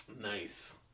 Nice